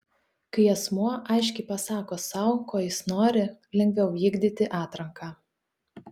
kai asmuo aiškiai pasako sau ko jis nori lengviau vykdyti atranką